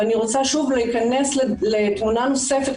ואני רוצה שוב להיכנס לתמונה נוספת,